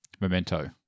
Memento